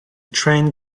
train